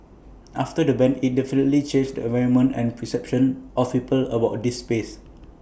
after the ban IT definitely changed the environment and perception of people about this space